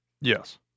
Yes